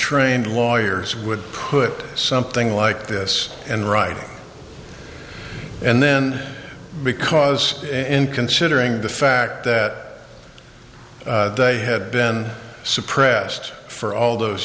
trained lawyers would put something like this in writing and then because in considering the fact that they had been suppressed for all those